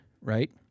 Right